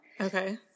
Okay